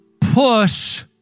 push